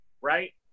right